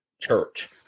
Church